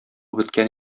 беткән